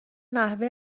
نحوه